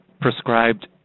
prescribed